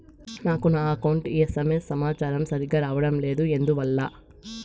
నాకు నా account SMS సమాచారము సరిగ్గా రావడం లేదు ఎందువల్ల?